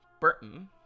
Burton